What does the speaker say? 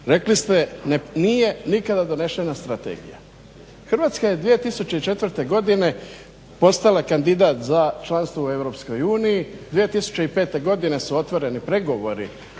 Rekli ste nije nikada donešena strategija. Hrvatska je 2004. godine postala kandidat za članstvo u EU. 2005. godine su otvoreni pregovori